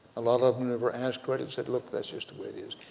a lot of them never asked, sort of said look that's just the way it is,